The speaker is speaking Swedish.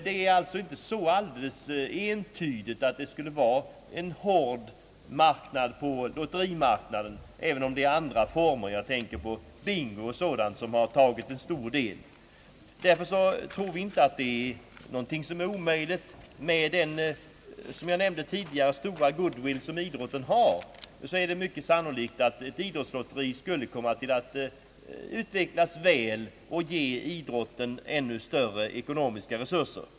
Det är alltså inte alldeles entydigt att det skulle vara hårt på lotterimarknaden, även om bingo och andra spelformer tagit en stor del. Med tanke på den stora goodwill som jag nämnde tidigare, finner jag det mycket sannolikt att ett idrottslot teri skulle utvecklas väl och ge idrotten ännu större ekonomiska resurser.